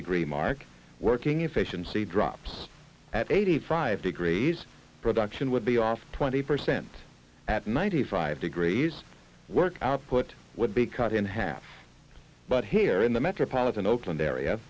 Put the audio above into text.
degree mark working efficient the drops at eighty five degrees production would be off twenty percent at ninety five degrees work output would be cut in half but here in the metropolitan oakland area